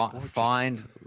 find